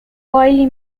wylie